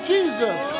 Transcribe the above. Jesus